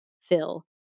fill